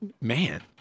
Man